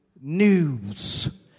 news